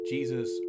Jesus